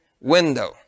window